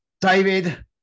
David